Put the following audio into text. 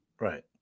right